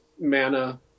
MANA